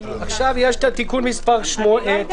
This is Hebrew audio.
הצבעה בעד